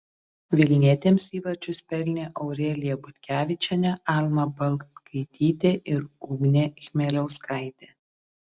vilnietėms įvarčius pelnė aurelija butkevičienė alma balkaitytė ir ugnė chmeliauskaitė